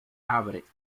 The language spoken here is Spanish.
abre